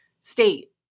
state